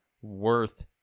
Worth